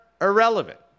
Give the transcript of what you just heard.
Irrelevant